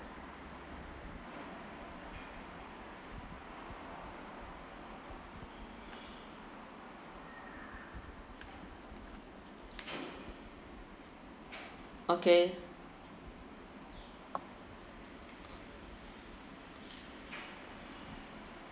okay